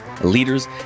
leaders